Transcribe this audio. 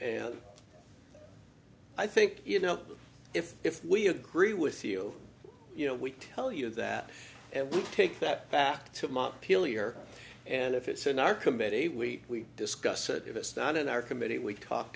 and i think you know if if we agree with you you know we tell you that and we take that back to montpelier and if it's in our committee we discuss it if it's not in our committee we talk